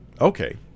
Okay